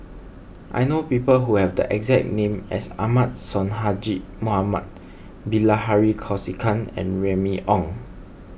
I know people who have the exact name as Ahmad Sonhadji Mohamad Bilahari Kausikan and Remy Ong